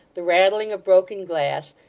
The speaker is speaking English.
the rattling of broken glass,